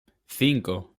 cinco